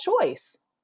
choice